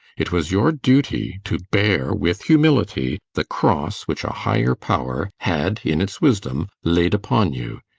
it was your duty to bear with humility the cross which a higher power had, in its wisdom, laid upon you.